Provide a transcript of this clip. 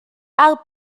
alt